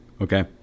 okay